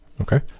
Okay